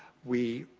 we